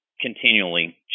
continually